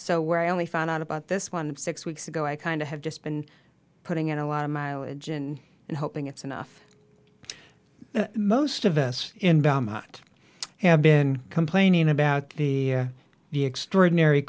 so where i only found out about this one six weeks ago i kind of have just been putting in a lot of mileage and and hoping it's enough most of us have been complaining about the the extraordinary